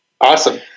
Awesome